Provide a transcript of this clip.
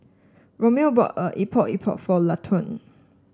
Romeo bought a Epok Epok for Laquan